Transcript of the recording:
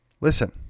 listen